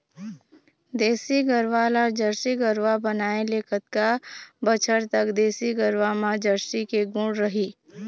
देसी गरवा ला जरसी गरवा बनाए ले कतका बछर तक देसी गरवा मा जरसी के गुण रही?